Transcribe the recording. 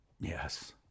Yes